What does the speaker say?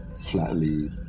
flatly